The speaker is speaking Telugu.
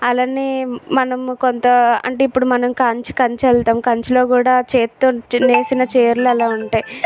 అలానే మనము కొంత అంటే ఇప్పుడు కాంచ్ కంచి వెళ్తాం కంచిలో కూడా చేతితో నేసిన చీరలు అలా ఉంటాయి